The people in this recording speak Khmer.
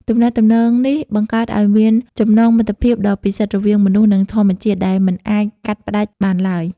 ទំនាក់ទំនងនេះបង្កើតឱ្យមានចំណងមិត្តភាពដ៏ពិសិដ្ឋរវាងមនុស្ស និងធម្មជាតិ ដែលមិនអាចកាត់ផ្តាច់បានឡើយ។